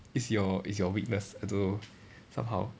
is your is your weakness I don't know somehow